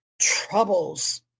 troubles